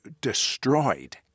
destroyed